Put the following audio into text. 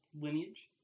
Lineage